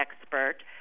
expert